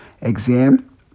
exam